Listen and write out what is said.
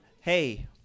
hey